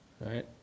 right